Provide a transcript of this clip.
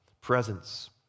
Presence